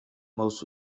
most